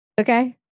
Okay